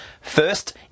First